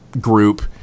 group